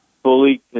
fully